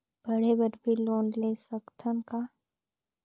पढ़े बर भी लोन ले सकत हन का?